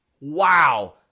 Wow